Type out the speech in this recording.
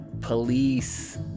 police